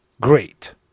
Great